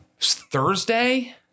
Thursday